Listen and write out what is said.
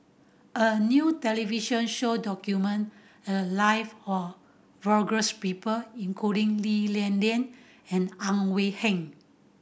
a new television show documented the live of people including Lee Li Lian and Ang Wei Neng